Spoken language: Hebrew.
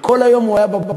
כשכל היום הוא היה כאן,